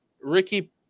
Ricky